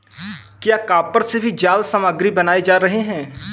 क्या कॉपर से भी जाल सामग्री बनाए जा रहे हैं?